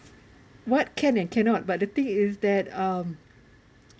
what can and cannot but the thing is that um